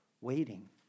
waiting